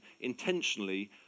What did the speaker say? intentionally